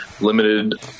limited